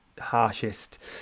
harshest